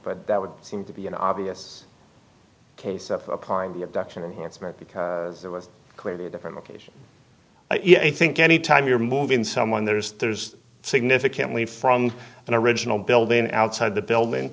but that would seem to be an obvious case of applying the abduction here expect because there was clearly a different location yeah i think anytime you're moving someone there is there's significantly from an original building outside the building